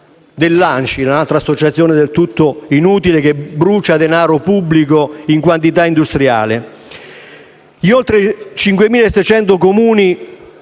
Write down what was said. dell'ANCI, altra associazione del tutto inutile, che brucia denaro pubblico in quantità industriale. Gli oltre 5.600 Comuni